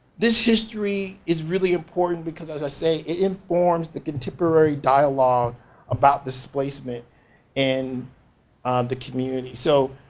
this history is really important because as i say, it informs the contemporary dialogue about displacement in the community. so